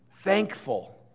thankful